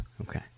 Okay